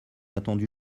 attendu